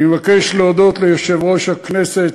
אני מבקש להודות ליושב-ראש הכנסת,